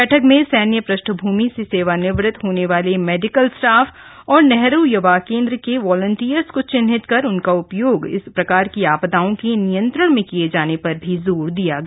बैठक में सैन्य पृष्ठभूमि से सेवानिवृत होने वाले मेडिकल स्टाफ और नेहरू युवा केंद्र के वॉलन्टियर्स को चिन्हित कर उनका उपयोग इस प्रकार की आपदाओं के नियंत्रण में किये जाने पर जोर दिया गया